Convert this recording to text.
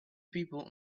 people